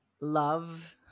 love